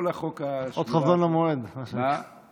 כל החוק, עוד חזון למועד, מה שנקרא.